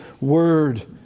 word